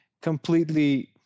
completely